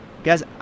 Guys